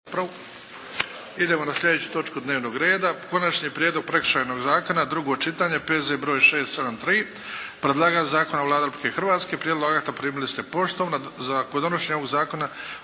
Idemo na sljedeću točku dnevnog reda 36. Konačni prijedlog Prekršajnog zakona, drugo čitanje, P.Z. br. 673 Predlagatelj zakona je Vlada Republike Hrvatske. Prijedlog akta primili ste poštom. Kod donošenja ovog zakona